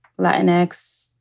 Latinx